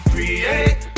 Create